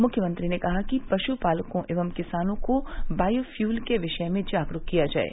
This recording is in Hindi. मुख्यमंत्री ने कहा कि पशुपालकों व किसानों को बायोफ्यूल के विषय में जागरूक किया जाये